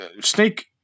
Snake